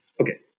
okay